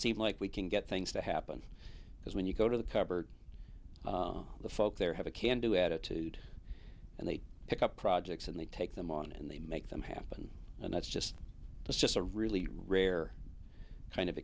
seem like we can get things to happen because when you go to the cupboard the folk there have a can do attitude and they pick up projects and they take them on and they make them happen and it's just it's just a really rare kind of